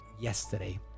yesterday